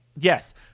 Yes